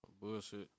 Bullshit